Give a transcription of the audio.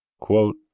quote